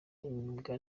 imyuga